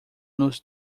nos